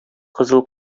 кызыл